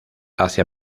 hacia